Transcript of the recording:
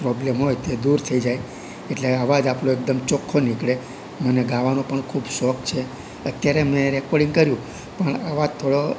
problem હોય તે દૂર થઈ જાય એટલે અવાજ આપણો એકદમ ચોખ્ખો નીકળે મને ગાવાનો પણ ખૂબ શોખ છે અત્યારે મેં રેકોર્ડિંગ કર્યું પણ અવાજ થોડો